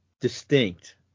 distinct